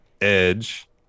Edge